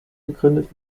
gegründet